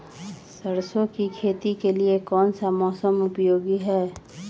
सरसो की खेती के लिए कौन सा मौसम उपयोगी है?